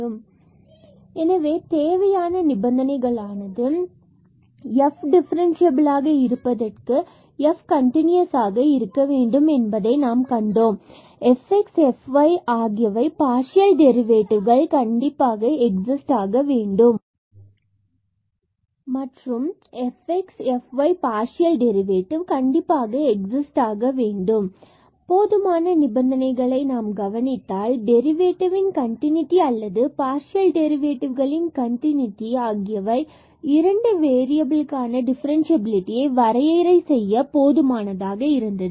zaxbΔy1x2y எனவே தேவையான நிபந்தனைகள் ஆனது f என்பது டிஃபரென்ஸ்சியபில்ஆக இருப்பதற்கு f கன்டினூயஸ் ஆக இருக்க வேண்டும் என்பதை நாம் கண்டோம் மற்றும் fx மற்றும் fy பார்சியல் டெரிவேட்டிவ் கண்டிப்பாக எக்ஸிஸ்டாக வேண்டும் மற்றும் போதுமான நிபந்தனைகளை நாம் கவனித்தால் டெரிவேட்டிவ் கன்டினுடி அல்லது 2 பார்சியல் டெரிவேட்டிவ் களின் கன்டினுடி ஆகியவை 2 வேறியபில்களுக்கான டிஃபரண்ட்சியபிலிடியை வரையறை செய்ய போதுமானதாக இருந்தது